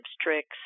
tricks